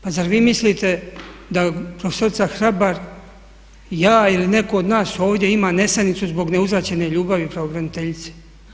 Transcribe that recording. Pa zar vi mislite da prof. Hrabar i ja ili netko od nas ovdje ima nesanicu zbog neuzvraćene ljubavi pravobraniteljice?